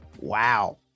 Wow